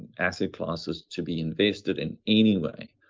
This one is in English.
asset classes to be invested in any way.